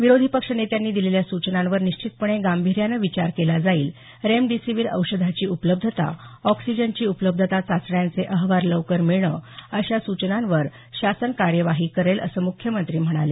विरोधी पक्ष नेत्यांनी दिलेल्या सूचनांवर निश्चितपणे गांभीर्याने विचार केला जाईल रेमडीसिव्हीर औषधाची उपलब्धता ऑक्सिजनची उपलब्धता चाचण्यांचे अहवाल लवकर मिळणं अशा सूचनांवर शासन कार्यवाही करेल असं मुख्यमंत्री म्हणाले